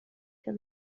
der